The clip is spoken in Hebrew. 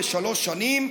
בשלוש שנים,